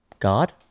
god